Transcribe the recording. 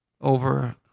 over